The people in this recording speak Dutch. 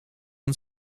het